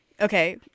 okay